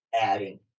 adding